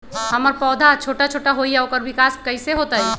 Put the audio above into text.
हमर पौधा छोटा छोटा होईया ओकर विकास कईसे होतई?